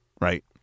Right